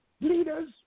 Leaders